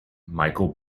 michael